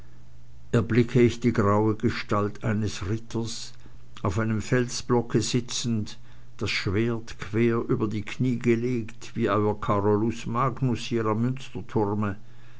erblicke ich die graue gestalt eines ritters auf einem felsblocke sitzend das schwert quer über die kniee gelegt wie euer carolus magnus hier am